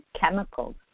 chemicals